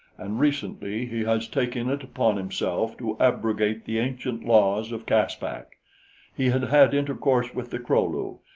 and recently he has taken it upon himself to abrogate the ancient laws of caspak he had had intercourse with the kro-lu.